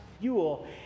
fuel